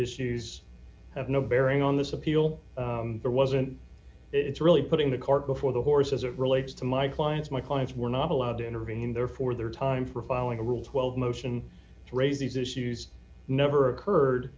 issues have no bearing on this appeal or wasn't it's really putting the cart before the horse as it relates to my clients my clients were not allowed to intervene and therefore their time for filing a rule twelve motion to raise these issues never occurred